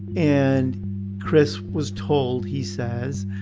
and kriss was told, he says,